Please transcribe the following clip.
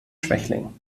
schwächling